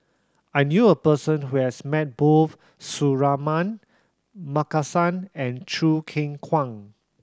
I knew a person who has met both Suratman Markasan and Choo Keng Kwang